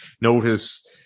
notice